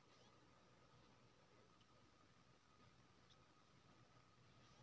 बजार मे कोनो चीज जाहि दाम पर भेटै छै बजारक दाम कहल जाइ छै